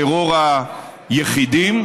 טרור היחידים,